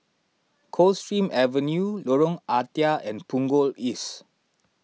Coldstream Avenue Lorong Ah Thia and Punggol East